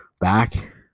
back